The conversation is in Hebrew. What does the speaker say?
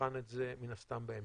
נבחן את זה מן הסתם בהמשך.